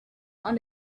found